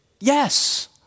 Yes